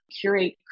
curate